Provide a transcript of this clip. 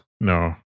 No